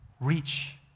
Reach